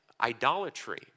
idolatry